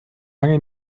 lange